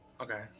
Okay